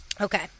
Okay